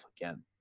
again